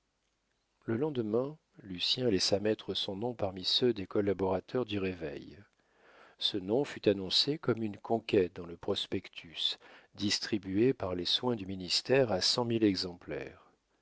le lendemain lucien laissa mettre son nom parmi ceux des collaborateurs du réveil ce nom fut annoncé comme une conquête dans le prospectus distribué par les soins du ministère à cent mille exemplaires